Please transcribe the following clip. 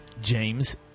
James